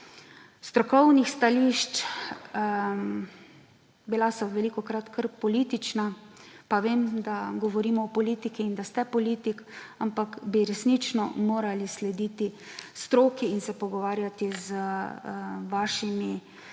strokovnih stališč, bila so velikokrat kar politična, pa vem, da govorimo o politiki in da ste politik, ampak bi resnično morali slediti stroki in se pogovarjati s tistimi